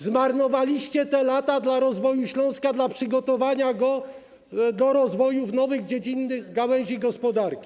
Zmarnowaliście te lata dla rozwoju Śląska, dla przygotowania go do rozwoju w nowych dziedzinach gospodarki.